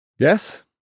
Yes